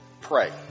pray